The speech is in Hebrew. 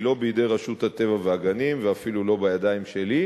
היא לא בידי רשות הטבע והגנים ואפילו לא בידיים שלי,